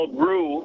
grew